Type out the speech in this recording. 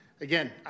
again